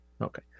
Okay